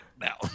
now